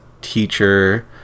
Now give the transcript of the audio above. teacher